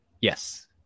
Yes